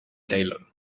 taylor